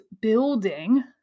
building